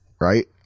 right